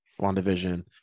WandaVision